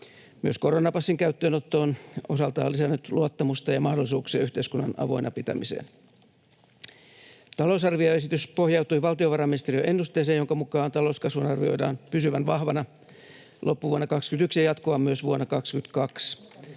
Myös koronapassin käyttöönotto on osaltaan lisännyt luottamusta ja mahdollisuuksia yhteiskunnan avoinna pitämiseen. Talousarvioesitys pohjautui valtiovarainministeriön ennusteeseen, jonka mukaan talouskasvun arvioidaan pysyvän vahvana loppuvuonna 21 ja jatkuvan myös vuonna 22.